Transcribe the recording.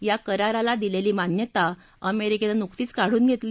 या कराराला दिलेली मान्यता अमेरिकेनं नुकतीच काढून घेतली